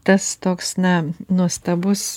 tas toks na nuostabus